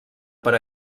per